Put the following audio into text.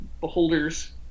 beholders